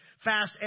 Fast